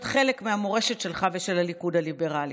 להיות חלק מהמורשת שלך ושל הליכוד הליברלי.